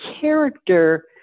character